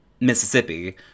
Mississippi